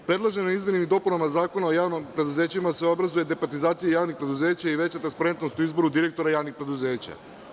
Predloženim izmenama i dopunama Zakonima o javnim preduzećima se obrazuje departizacija javnih preduzeća i veća transparentnost u izboru direktora javnih preduzeća.